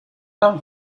down